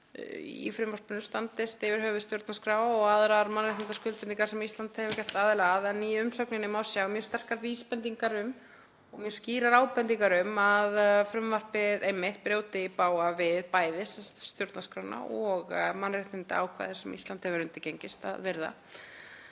í frumvarpinu standist yfir höfuð stjórnarskrá og aðrar mannréttindaskuldbindingar sem Ísland hefur gerst aðili að. En í umsögninni má sjá mjög sterkar vísbendingar og mjög skýrar ábendingar um að frumvarpið brjóti einmitt í bága við bæði stjórnarskrána og mannréttindaákvæði sem Ísland hefur undirgengist að virða.